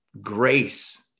Grace